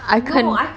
then now